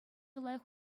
лайӑх